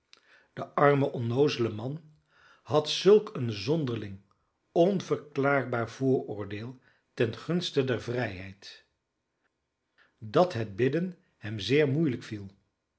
de arme onnoozele man had zulk een zonderling onverklaarbaar vooroordeel ten gunste der vrijheid dat het bidden hem zeer moeilijk viel